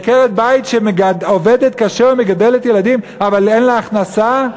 עקרת-בית שעובדת קשה ומגדלת ילדים אבל אין לה הכנסה?